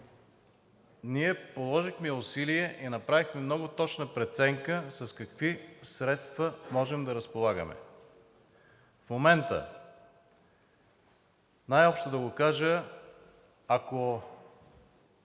ние положихме усилие и направихме много точна преценка с какви средства можем да разполагаме. В момента, най-общо да го кажа, ако